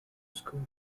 school